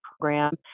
program